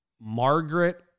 Margaret